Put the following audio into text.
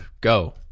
Go